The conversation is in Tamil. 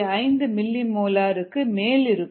5 மில்லிமோலார் மேலிருக்கும்